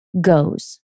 goes